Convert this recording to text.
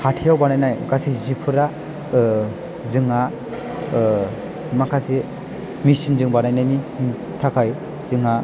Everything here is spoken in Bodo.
हाथाइयाव बानायनाय गासै जिफोरा जोंहा माखासे मेसिनजों बानायनायनि थाखाय जोंहा